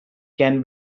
can